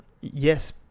Yes